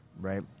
right